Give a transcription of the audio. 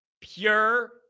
pure